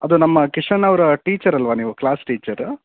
ಅದು ನಮ್ಮ ಕಿಶನ್ನವರ ಟೀಚರ್ ಅಲ್ಲವ ನೀವು ಕ್ಲಾಸ್ ಟೀಚರು